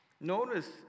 Notice